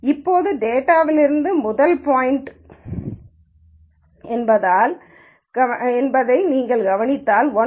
இப்போது டேட்டாவிலிருந்து முதல் பாய்ன்ட் 1 என்பதால் நீங்கள் கவனித்தால் 1 1 இலிருந்து 1 1 இன் டிஸ்டன்ஸ் 0 ஆகும்